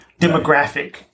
demographic